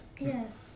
Yes